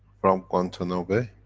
from guantanamo bay?